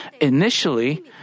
initially